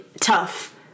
tough